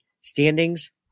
standings